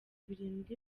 birindwi